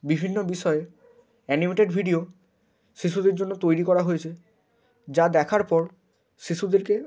বিভিন্ন বিষয়ে animated video শিশুদের জন্য তৈরি করা হয়েছে যা দেখার পর শিশুদেরকে